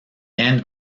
end